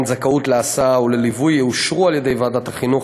זכאות להסעה ולליווי יאושרו על-ידי ועדת החינוך,